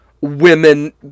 women